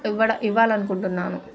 ఇవ్వడ ఇవ్వాలనుకుంటున్నాను